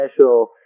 special